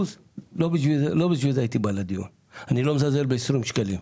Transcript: לא באתי לדיון בשביל עוד 2%. אני לא מזלזל ב-20 שקלים,